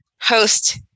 host